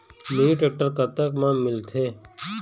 Mini tractor कतक म मिलथे?